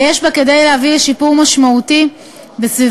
ויש בה כדי להביא לשיפור משמעותי בסביבת